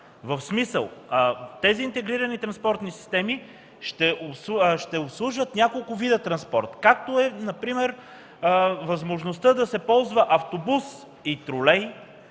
в смисъл, че тези интегрирани транспортни системи ще обслужват няколко вида транспорт, както е например възможността да се ползва автобус и тролей